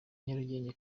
nyarugenge